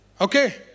Okay